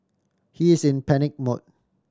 he is in panic mode